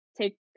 take